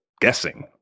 guessing